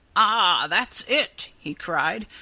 ah! that's it! he cried.